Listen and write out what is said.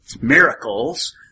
miracles